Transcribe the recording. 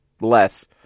less